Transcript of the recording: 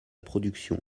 production